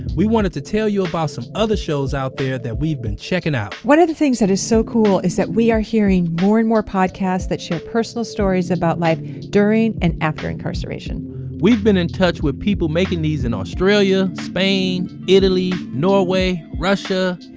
we wanted to tell you about some other shows out there that we've been checking out one of the things that is so cool is that we are hearing more and more podcasts that share personal stories about life during and after incarceration we've been in touch with people making these in australia, spain, italy norway, russia.